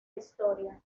historia